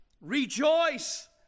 Rejoice